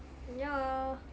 ya